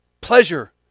pleasure